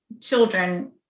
children